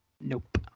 nope